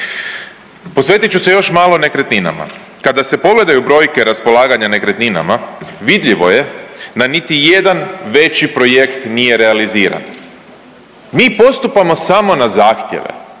Posvetit ću se još malo nekretninama. Kada se pogledaju brojke raspolaganja nekretninama vidljivo je da niti jedan veći projekt nije realiziran. Mi postupamo samo na zahtjeve,